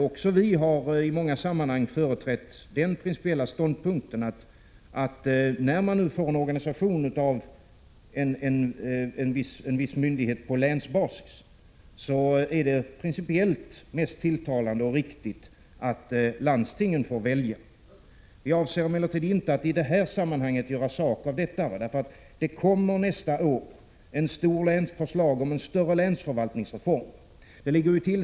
Också vi har i många sammanhang företrätt den principiella ståndpunkten att det är mest tilltalande och riktigt att landstingen får välja, när det skall bli en nyorganisation av en viss myndighet på länsbasis. Vi avser emellertid inte att i det här sammanhanget göra sak av detta. Det kommer nästa år förslag om en större länsförvaltningsreform.